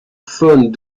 faune